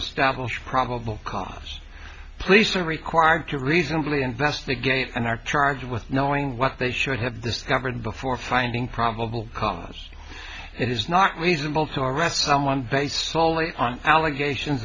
establish probable cause police are required to reasonably investigate and are charged with knowing what they should have discovered before finding probable cause it is not reasonable chorused someone based soley on allegations